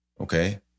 Okay